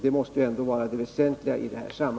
Det måste ju ändå vara det väsentliga i sammanhanget.